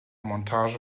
montage